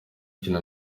kina